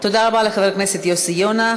תודה רבה לחבר הכנסת יוסי יונה.